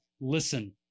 listen